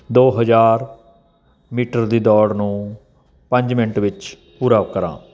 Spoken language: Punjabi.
ਦੋ ਹਜ਼ਾਰ ਮੀਟਰ ਦੀ ਦੌੜ ਨੂੰ ਪੰਜ ਮਿੰਟ ਵਿੱਚ ਪੂਰਾ ਕਰਾਂ